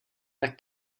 tak